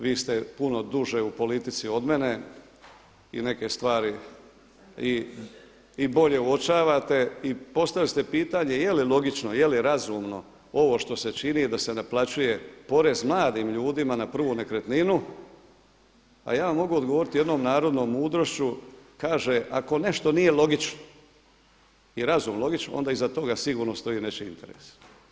Vi ste puno duže u politici od mene i neke stvari i bolje uočavate i postavili ste pitanje je li logično, je li razumno ovo što se čini da se naplaćuje porez mladim ljudima na prvu nekretninu a ja vam mogu odgovoriti jednom narodnom mudrošću kaže ako nešto nije logično i razum logično onda iza toga sigurno stoji nečiji interes.